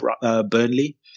Burnley